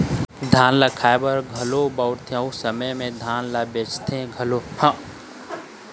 धान ल खाए बर घलोक बउरथे अउ समे म धान ल बेचथे घलोक